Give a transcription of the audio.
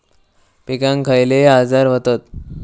पिकांक खयले आजार व्हतत?